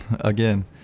again